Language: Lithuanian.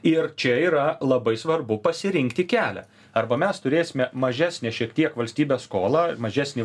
ir čia yra labai svarbu pasirinkti kelią arba mes turėsime mažesnę šiek tiek valstybės skolą mažesnį